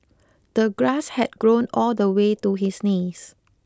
the grass had grown all the way to his knees